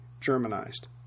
Germanized